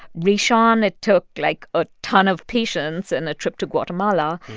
rashawn, it took, like, a ton of patience and a trip to guatemala.